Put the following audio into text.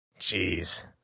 Jeez